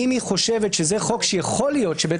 אם היא חושבת שזה חוק שיכול להיות שבית